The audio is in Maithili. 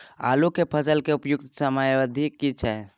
आलू के फसल के उपयुक्त समयावधि की छै?